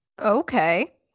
Okay